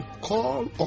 call